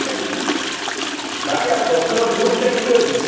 ଆଜ୍ଞା ବାକି ଆଉ ଗଛର ଗ୍ରୋଥ୍ କେମିତି ଅଛି